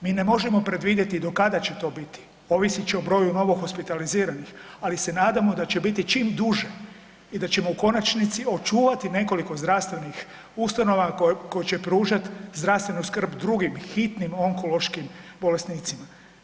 Mi ne možemo predvidjeti do kada će to biti, ovisit će o broju novo hospitaliziranih, ali se nadamo da će biti čim duže i da ćemo u konačnici očuvati nekoliko zdravstvenih ustanova koje će pružati zdravstvenu skrb drugim hitnim onkološkim bolesnicima.